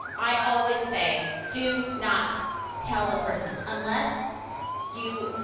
i always say, do not tell the person. unless you,